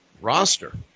roster